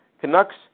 Canucks